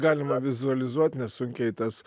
galima vizualizuot nesunkiai tas